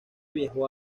viajó